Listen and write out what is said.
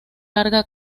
larga